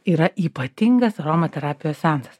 yra ypatingas aromaterapijos seansas